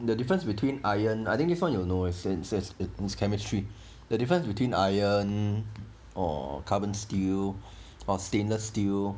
the difference between iron I think this [one] you know since it's chemistry the difference between iron or carbon steel or stainless steel